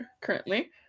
currently